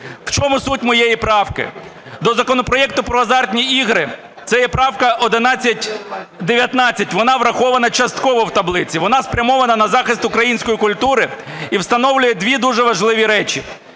В чому суть моєї правки до законопроекту про азартні ігри – це є правка 1119. Вона врахована частково в таблиці. Вона спрямована на захист української культури і встановлює дві дуже важливі речі: